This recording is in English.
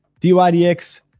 DYDX